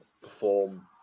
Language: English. perform